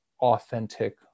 authentic